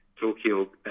Tokyo